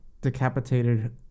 decapitated